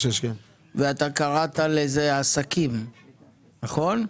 ואתה קראת לזה עסקים, נכון?